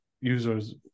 users